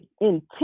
intent